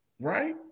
right